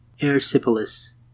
erysipelas